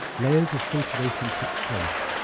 layers of filtration took place,